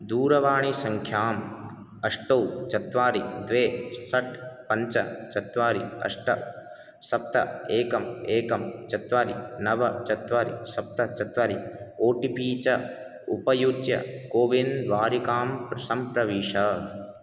दूरवाणीसङ्ख्याम् अष्टौ चत्वारि द्वे षट् पञ्च चत्वारि अष्ट सप्त एकम् एकं चत्वारि नव चत्वारि सप्त चत्वारि ओ टि पि च उपयुज्य कोविन्द्वारिकां सम्प्रविश